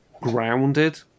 grounded